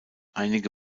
einige